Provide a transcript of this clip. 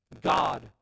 god